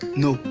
no.